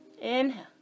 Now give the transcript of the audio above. Inhale